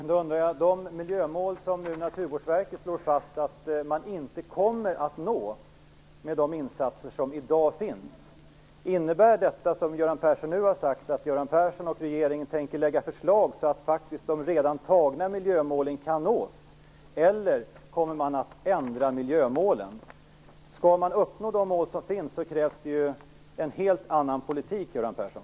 Herr talman! Naturvårdsverket slår fast att man inte kommer att nå vissa miljömål med de insatser som i dag görs. Innebär det som Göran Persson nu har sagt att Göran Persson och regeringen tänker lägga fram förslag så att de faktiskt redan antagna miljömålen kan nås, eller kommer man att ändra miljömålen? Skall man uppnå de mål som finns, krävs det ju en helt annan politik, Göran Persson.